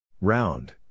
Round